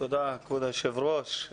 תודה כבוד היושב ראש.